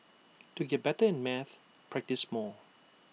to get better at maths practise more